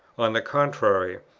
on the contrary,